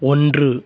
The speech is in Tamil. ஒன்று